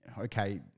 okay